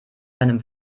seinem